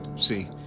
See